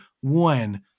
one